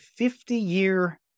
50-year